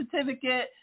certificate